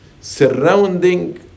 surrounding